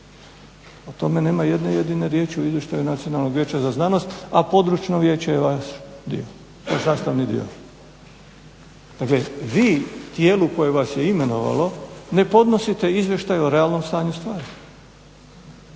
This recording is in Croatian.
O tome nema jedne jedine riječi u izvještaju Nacionalnog vijeća za znanost, a područno vijeće je vaš sastavni dio. Dakle, vi tijelu koje vas je imenovalo ne podnosite izvještaje o realnom stanju stvari.